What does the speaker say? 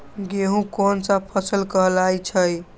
गेहूँ कोन सा फसल कहलाई छई?